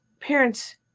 parents